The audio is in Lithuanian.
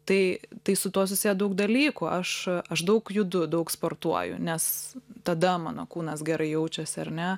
tai tai su tuo susiję daug dalykų aš aš daug judu daug sportuoju nes tada mano kūnas gerai jaučiasi ar ne